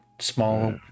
small